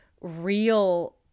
real